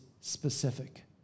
specific